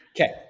Okay